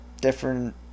different